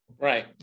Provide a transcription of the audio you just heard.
Right